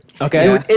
Okay